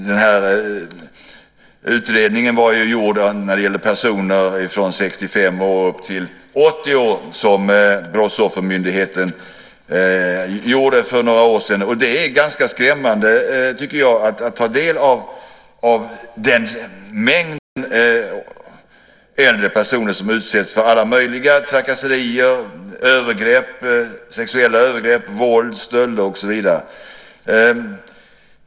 Den här utredningen som gällde personer från 65 och upp till 80 år gjordes av Brottsoffermyndigheten för några år sedan. Det är ganska skrämmande, tycker jag, att ta del av den mängd äldre personer som utsätts för alla möjliga trakasserier, övergrepp, sexuella övergrepp, våld, stölder och så vidare.